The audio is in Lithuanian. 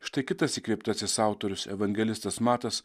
štai kitas įkvėptasis autorius evangelistas matas